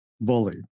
bullied